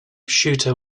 shooter